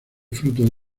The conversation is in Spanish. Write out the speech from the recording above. fruto